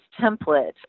template